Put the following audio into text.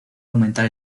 aumentar